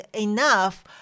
enough